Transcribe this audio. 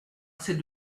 ces